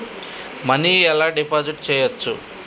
Money ఎలా deposit చేయచ్చు?